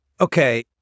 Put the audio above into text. Okay